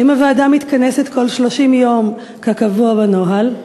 1. האם הוועדה מתכנסת כל 30 יום, כקבוע בנוהל?